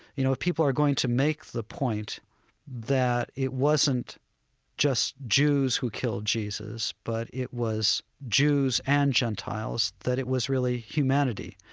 you know, people are going to make the point that it wasn't just jews who killed jesus, but it was jews and gentiles, that it was really humanity.